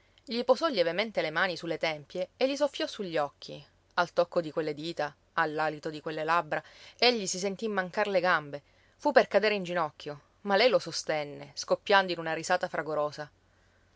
posò lievemente le mani sulle tempie e gli soffiò su gli occhi al tocco di quelle dita all'alito di quelle labbra egli si sentì mancar le gambe fu per cadere in ginocchio ma lei lo sostenne scoppiando in una risata fragorosa